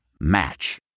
Match